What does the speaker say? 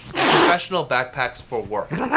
and professional backpacks for work.